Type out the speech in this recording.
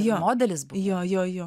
jo jo jo